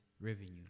revenue